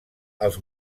els